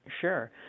Sure